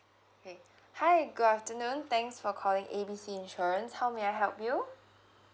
okay hi good afternoon thanks for calling A B C insurance how may I help you